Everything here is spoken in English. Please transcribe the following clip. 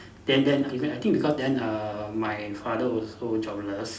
then then even I think because then err my father also jobless